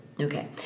Okay